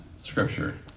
Scripture